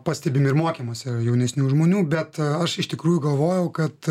pastebime ir mokymuose jaunesnių žmonių bet aš iš tikrųjų galvojau kad